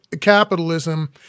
capitalism